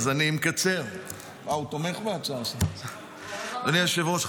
אדוני היושב-ראש,